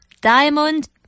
diamond